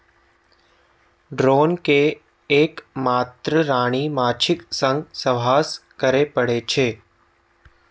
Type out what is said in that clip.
drone कें एक मात्र रानी माछीक संग सहवास करै पड़ै छै